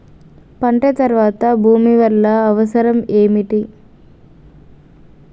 పంట తర్వాత భూమి వల్ల అవసరం ఏమిటి?